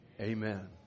amen